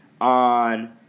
on